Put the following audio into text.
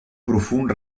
profund